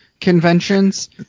conventions